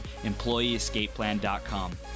EmployeeEscapePlan.com